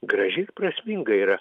graži ir prasminga yra